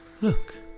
Look